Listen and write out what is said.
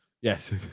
Yes